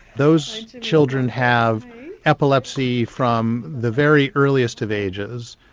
those children have epilepsy from the very earliest of ages,